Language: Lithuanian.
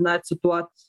na cituot